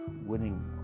winning